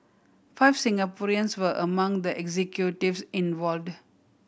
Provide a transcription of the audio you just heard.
five Singaporeans were among the executives involved